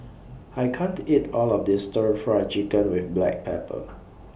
I can't eat All of This Stir Fry Chicken with Black Pepper